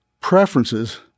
preferences